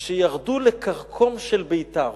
שירדו לכרכום של ביתר.